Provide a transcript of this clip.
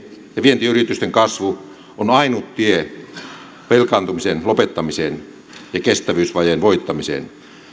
vientiyritysten kasvu on on ainut tie velkaantumisen lopettamiseen ja kestävyysvajeen voittamiseen